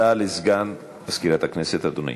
הודעה לסגן מזכירת הכנסת, אדוני.